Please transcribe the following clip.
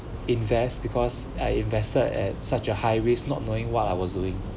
invest because I invested at such a high risk not knowing what I was doing